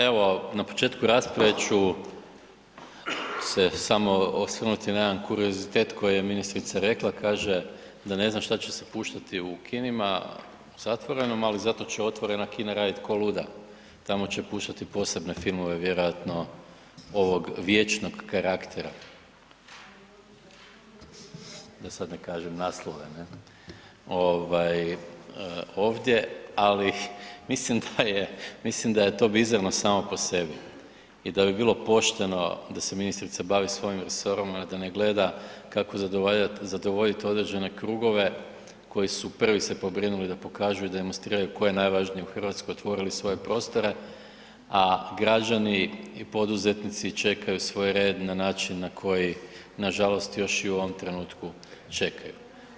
Evo, na početku rasprave ću se samo osvrnuti na jedan kurozitet koji je ministrica rekla, kaže da ne zna šta će se puštati u kinima u zatvorenom ali zato će otvorena kina raditi ko luda, tamo će puštati posebne filmove vjerojatno ovog vječnog karaktera da sad ne kažem naslove ne, ovaj ovdje, ali mislim da je, mislim da je to bizarno samo po sebi i da bi bilo pošteno da se ministrica bavi svojim resorom, a da ne gleda kako zadovoljiti određene krugove koji su prvi se pobrinuli da pokažu i da demonstriraju tko je najvažniji u Hrvatskoj i otvorili svoje prostore, a građani i poduzetnici čekaju svoj red na način na koji nažalost još i u ovom trenutku čekaju.